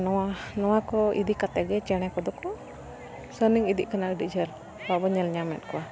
ᱱᱚᱣᱟ ᱱᱚᱣᱟ ᱠᱚ ᱤᱫᱤ ᱠᱟᱛᱮᱫ ᱜᱮ ᱪᱮᱬᱮ ᱠᱚᱫᱚ ᱠᱚ ᱥᱟᱺᱜᱤᱧ ᱤᱫᱤᱜ ᱠᱟᱱᱟ ᱟᱹᱰᱤ ᱡᱷᱟᱹᱞ ᱵᱟᱵᱚᱱ ᱧᱮᱞ ᱧᱟᱢᱮᱫ ᱠᱚᱣᱟ